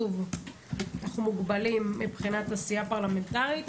אנחנו מוגבלים מבחינת עשייה פרלמנטרית,